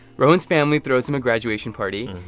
rohin's family throws him a graduation party.